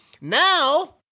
Now